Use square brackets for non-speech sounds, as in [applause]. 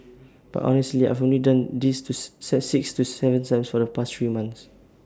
but honestly I've only done this [unintelligible] six to Seven times over the past three months